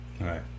right